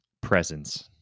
presence